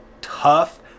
tough